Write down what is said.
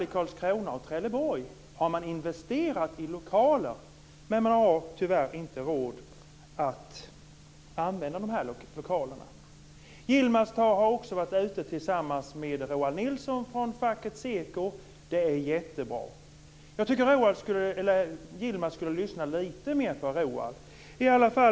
I Karlskrona och Trelleborg har man investerat i lokaler, men man har tyvärr inte råd att använda lokalerna. Yilmaz Kerimo har också varit ute tillsammans med Roal Nilssen från facket Seko. Det är jättebra. Jag tycker att Yilmaz Kerimo ska lyssna lite mer på Roal Nilssen.